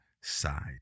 side